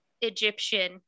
Egyptian